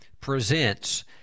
presents